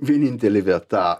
vienintelė vieta